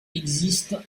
existe